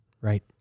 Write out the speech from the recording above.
Right